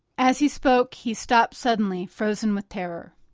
as he spoke, he stopped suddenly, frozen with terror.